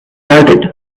deserted